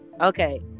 okay